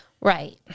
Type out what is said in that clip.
Right